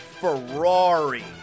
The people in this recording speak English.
Ferrari